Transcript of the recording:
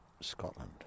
Scotland